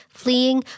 fleeing